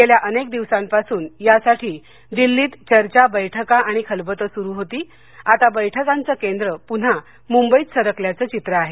गेल्या अनेक दिवसांपासून यासाठी दिल्लीत चर्चा बेठका आणि खलबतं सुरू होती आता बैठकांचं केंद्र पुन्हा मुंबईत सरकल्याचं चित्र आहे